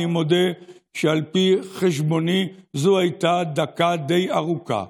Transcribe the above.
אני מודה שעל פי חשבוני זו הייתה דקה די ארוכה.